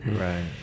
Right